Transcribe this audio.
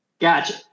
Gotcha